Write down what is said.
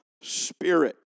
spirit